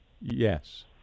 yes